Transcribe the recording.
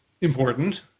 important